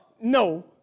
No